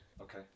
Okay